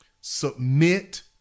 Submit